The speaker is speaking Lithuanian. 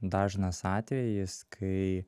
dažnas atvejis kai